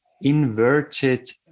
inverted